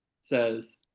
says